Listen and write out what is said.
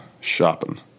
shopping